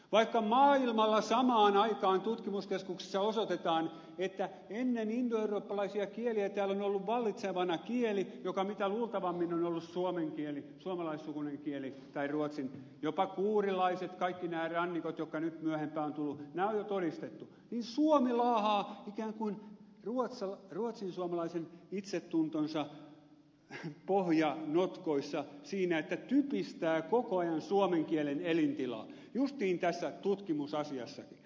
vaikka maailmalla samaan aikaan tutkimuskeskuksissa osoitetaan että ennen indoeurooppalaisia kieliä täällä on ollut vallitsevana kieli joka mitä luultavimmin on ollut suomen kieli suomalaissukuinen kieli tai ruotsin jopa kuurilaiset kaikki nämä rannikot jotka nyt myöhempään ovat tulleet nämä on jo todistettu niin suomi laahaa ikään kuin ruotsinsuomalaisen itsetuntonsa pohjanotkoissa siinä että typistää koko ajan suomen kielen elintilaa justiin tässä tutkimusasiassakin